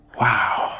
Wow